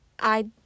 I-